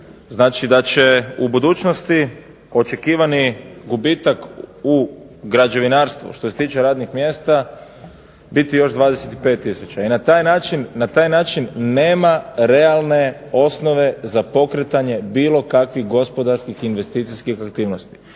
Znači da će u budućnosti očekivani gubitak u građevinarstvu što se tiče radnih mjesta biti još 25 tisuća. I na taj način nema realne osnove za pokretanje bilo kakvih gospodarskih investicijskih aktivnosti.